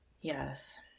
Yes